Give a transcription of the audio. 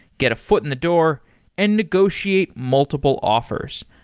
get a foot in the door and negotiate multiple offers.